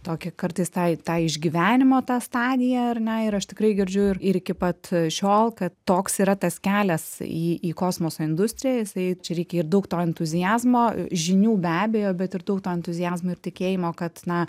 tokį kartais tą tą išgyvenimo tą stadiją ar ne ir aš tikrai girdžiu ir iki pat šiol kad toks yra tas kelias į į kosmoso industriją jisai čia reikia ir daug to entuziazmo žinių be abejo bet ir daug to entuziazmo ir tikėjimo kad na